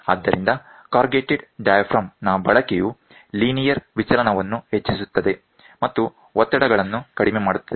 ಆದ್ದರಿಂದ corrugated diaphragm ನ ಬಳಕೆಯು ಲೀನಿಯರ್ ವಿಚಲನವನ್ನು ಹೆಚ್ಚಿಸುತ್ತದೆ ಮತ್ತು ಒತ್ತಡಗಳನ್ನು ಕಡಿಮೆ ಮಾಡುತ್ತದೆ